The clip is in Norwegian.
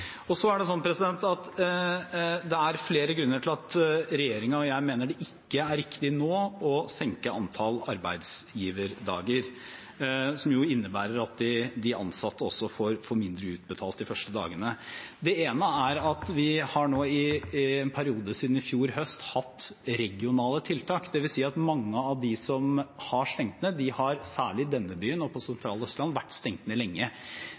Det er flere grunner til at regjeringen og jeg mener det ikke er riktig nå å senke antall arbeidsgiverdager, som jo innebærer at de ansatte også får mindre utbetalt de første dagene. Det ene er at vi har nå i en periode siden i fjor høst hatt regionale tiltak. Det vil si at mange av dem som har stengt ned, særlig i denne byen og på det sentrale Østlandet, har vært stengt ned lenge.